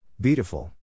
Beautiful